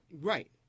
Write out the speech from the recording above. Right